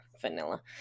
vanilla